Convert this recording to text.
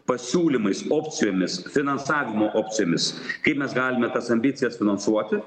pasiūlymais opcijomis finansavimo opcijomis kaip mes galime tas ambicijas finansuoti